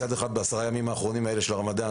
מצד אחד בעשרת הימים האחרונים של הרמדאן,